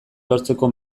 lortzeko